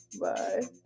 bye